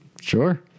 Sure